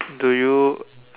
do you